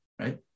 Right